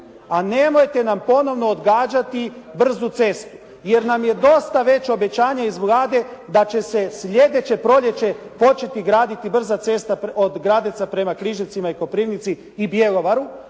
a nemojte nam ponovno odgađati brzu cestu, jer nam je dosta već obećanja iz Vlade da će se sljedeće proljeće početi graditi brza cesta od Gradeca prema Križevcima i Koprivnici i Bjelovaru,